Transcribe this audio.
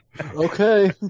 Okay